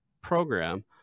program